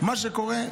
מה שקורה,